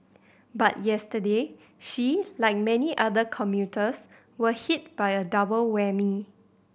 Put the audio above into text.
but yesterday she like many other commuters were hit by a double whammy